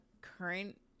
current